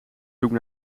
zoekt